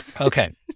Okay